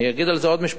אני אגיד על זה עוד משפט,